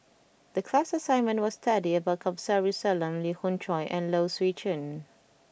the class assignment was to study about Kamsari Salam Lee Khoon Choy and Low Swee Chen